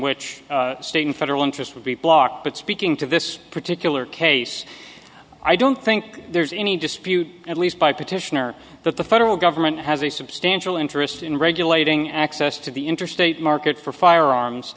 which state and federal interest would be blocked but speaking to this particular case i don't think there's any dispute at least by petitioner that the federal government has a substantial interest in regulating access to the interstate market for firearms